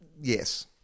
Yes